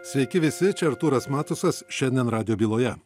sveiki visi čia artūras matusas šiandien radijo byloje